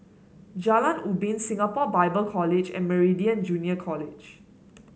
Jalan Ubin Singapore Bible College and Meridian Junior College